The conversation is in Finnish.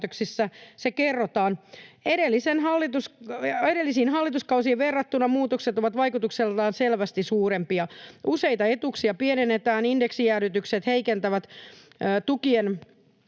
se kerrotaan: ”Edellisiin hallituskausiin verrattuna muutokset ovat vaikutukseltaan selvästi suurempia: useita etuuksia pienennetään, indeksijäädytykset heikentävät tukien